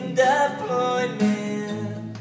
deployment